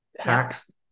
Tax